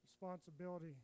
responsibility